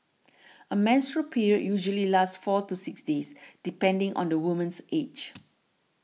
a menstrual period usually lasts four to six days depending on the woman's age